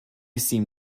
seem